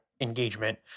engagement